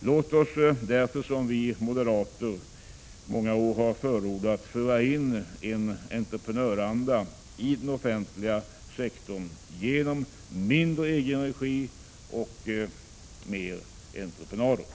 Låt oss därför, som vi moderater många år har förordat, föra in entreprenöranda i den offentliga sektorn genom mindre egenregi och mer entreprenader.